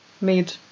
made